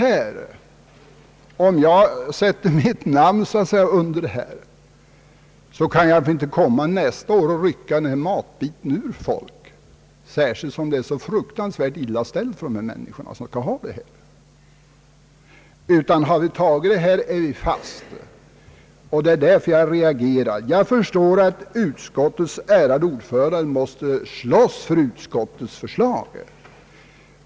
Men om jag sätter mitt namn under detta beslut, kan jag väl inte nästa år rycka denna matbit ur händerna på folk, särskilt som det enligt utskottet tydligen är så fruktansvärt illa ställt för de människor som skall ha denna pension. Har vi godkänt detta förslag är vi fast. Därför reagerar jag. Jag förstår dock att utskottets ärade ordförande måste slåss för utskottets förslag.